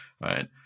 Right